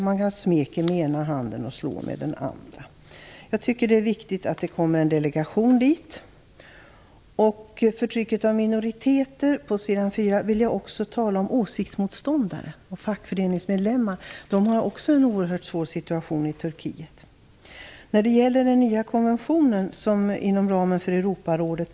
Man smeker med ena handen och slår med den andra. Jag tycker att det är viktigt att det åker en delegation till Turkiet. På tal om förtrycket av minoriteter vill jag även tala om åsiktsmotståndare och fackföreningsmedlemmar. De har en oerhört svår situation i Turkiet. Det talas om den nya konventionen inom ramen för Europarådet.